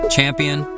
Champion